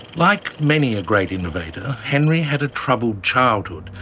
like many a great innovator, henry had a troubled childhood,